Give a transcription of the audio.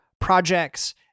projects